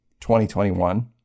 2021